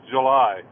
July